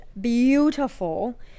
beautiful